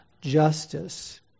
justice